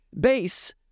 base